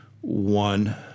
one